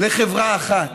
לחברה אחת,